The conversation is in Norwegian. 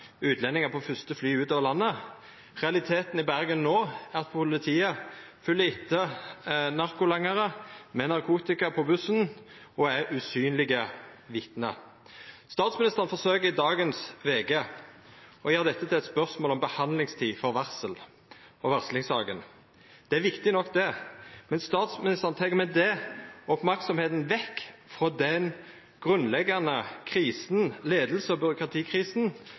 utlendingar på første fly ut av landet. Realiteten i Bergen no er at politiet følgjer etter narkolangarar med narkotika på bussen, og dei er usynlege vitne. Statsministeren forsøkjer i dagens VG å gjera dette til eit spørsmål om behandlingstid for varsel og varslingssaka. Det er viktig nok, det, men statsministeren tek med det merksemda vekk frå den grunnleggjande leiings- og